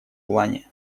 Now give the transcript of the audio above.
плане